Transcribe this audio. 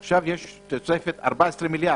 עכשיו, יש תוספת של 14 מיליארד.